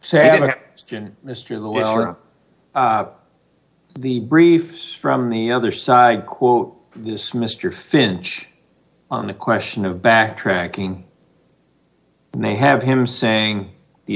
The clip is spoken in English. to the briefs from the other side quote this mr finch on a question of backtracking and they have him saying the